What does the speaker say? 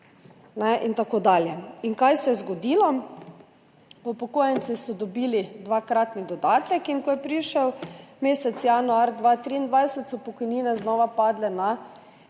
In tako dalje. Kaj se je zgodilo? Upokojenci so dobili dvakratni dodatek in ko je prišel mesec januar 2023, so pokojnine znova padle na